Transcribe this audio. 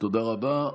תודה רבה.